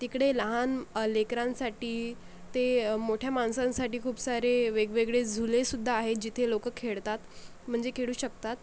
तिकडे लहान लेकरांसाठी ते मोठ्या माणसांसाठी खूप सारे वेगवेगळे झुलेसुद्धा आहेत जिथे लोकं खेळतात म्हणजे खेळू शकतात